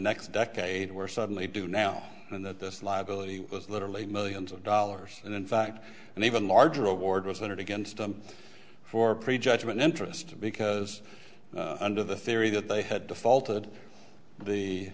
next decade were suddenly do now and that this liability was literally millions of dollars and in fact an even larger award was entered against them for prejudgment interest because under the theory that they had defaulted the